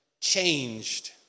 changed